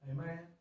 Amen